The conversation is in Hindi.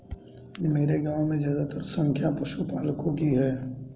मेरे गांव में ज्यादातर संख्या पशुपालकों की है